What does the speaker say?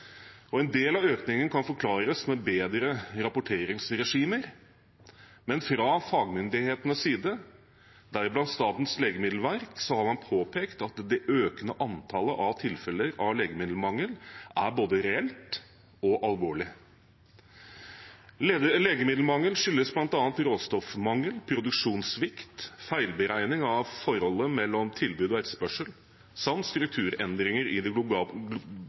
En del av økningen kan forklares med bedre rapporteringsregimer, men fra fagmyndighetenes side, deriblant Statens legemiddelverk, har man påpekt at det økende antallet tilfeller av legemiddelmangel er både reelt og alvorlig. Legemiddelmangel skyldes bl.a. råstoffmangel, produksjonssvikt, feilberegning av forholdet mellom tilbud og etterspørsel, samt strukturendringer i det